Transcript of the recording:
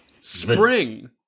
spring